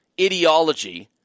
ideology